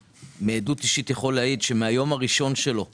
שמעדות אישית אני יכול להעיד שמהיום הראשון שלו בתפקיד,